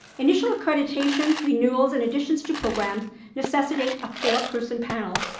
initial accreditations, renewals and additions to programs necessitate a four-person panel,